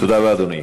תודה רבה, אדוני.